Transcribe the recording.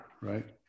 right